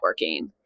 networking